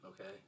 Okay